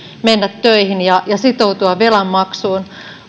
mennä töihin ja sitoutua velan maksuun